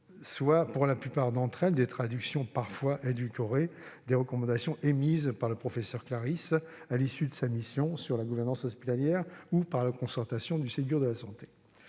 soient, pour la plupart, des traductions, parfois édulcorées, des recommandations émises par le professeur Claris au terme de sa mission sur la gouvernance hospitalière ou issues de la concertation du Ségur de la santé.